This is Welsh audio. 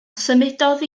symudodd